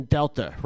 Delta